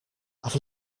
i’ve